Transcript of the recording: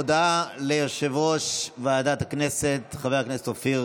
הודעה ליושב-ראש ועדת הכנסת חבר הכנסת אופיר